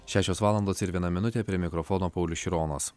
šešios valandos ir viena minutė prie mikrofono paulius šironas